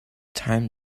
time